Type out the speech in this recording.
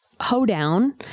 hoedown